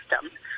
system